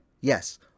yes